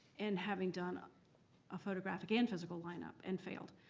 and having done ah a photographic and physical lineup and failed.